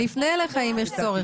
אני אפנה אליך אם יש צורך.